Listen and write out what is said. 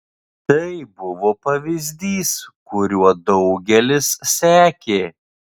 tai buvo pavyzdys kuriuo daugelis sekė